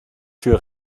tür